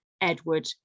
Edward